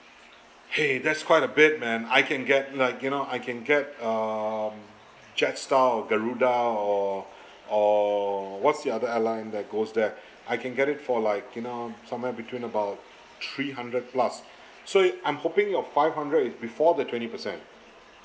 !hey! that's quite a bit man I can get like you now I can get um just out of garuda or or what's the other airline that goes there I can get it for like you know somewhere between about three hundred plus so it I'm hoping your five hundred is before the twenty percent